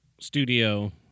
studio